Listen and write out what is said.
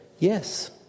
Yes